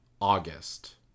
August